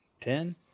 ten